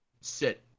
sit